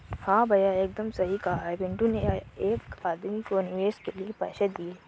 हां भैया एकदम सही कहा पिंटू ने एक आदमी को निवेश के लिए पैसे दिए